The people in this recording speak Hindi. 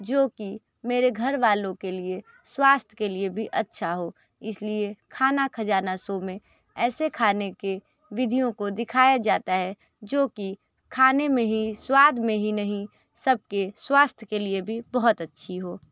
जो कि मेरे घर वालों के लिए स्वास्थ्य के लिए भी अच्छा हो इसलिए खाना खजाना शो में ऐसे खाने के विधियों को दिखाया जाता है जो कि खाने में ही स्वाद में ही नहीं सब के स्वास्थ्य के लिए भी बहुत अच्छी हो